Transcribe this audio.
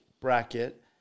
bracket